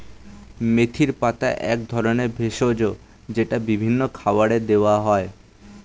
মেথির পাতা এক ধরনের ভেষজ যেটা বিভিন্ন খাবারে দেওয়া হয়